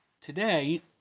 Today